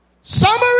Summary